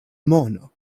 mono